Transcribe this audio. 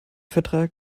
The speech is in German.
vertrag